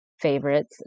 favorites